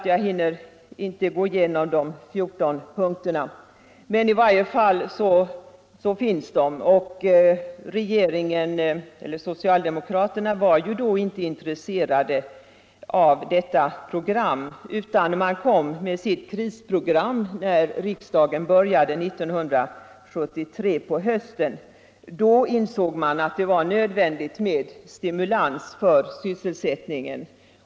Jag hinner inte gå igenom programmets 14 punkter, de finns i riksdagsprotokollen. Socialdemokraterna var då inte intresserade av detta program, utan man kom med sitt krisprogram långt senare när riksdagen började på hösten 1973. Då insåg man att det var nödvändigt med stimulans för sysselsättningen.